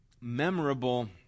memorable